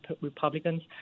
Republicans